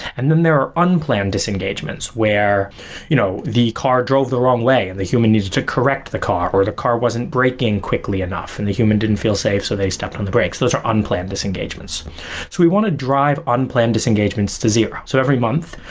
and then there are unplanned disengagements, where you know the car drove the wrong way and the human needs to correct the car, or the car wasn't breaking quickly enough and the human didn't feel safe, so they stepped on the brakes. those are unplanned disengagements we want to drive unplanned disengagements to zero. so every month,